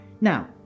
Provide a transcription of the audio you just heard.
Now